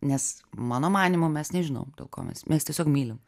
nes mano manymu mes nežinom dėl ko mes mes tiesiog mylim